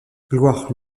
gloire